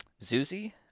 Zuzi